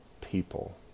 people